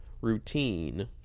routine